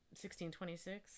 1626